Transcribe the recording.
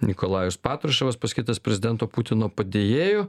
nikolajus patruševas paskirtas prezidento putino padėjėju